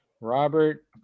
Robert